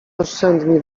oszczędni